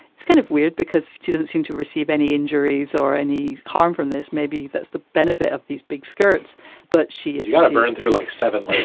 it's kind of weird because she didn't seem to receive any injuries or any harm from this. maybe that's the benefit of these big skirts but she has burned through like seven